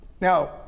Now